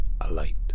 alight